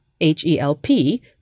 H-E-L-P